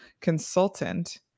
consultant